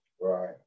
right